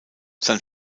sein